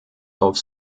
auf